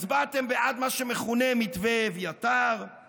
הצבעתם בעד מה שמכונה "מתווה אביתר";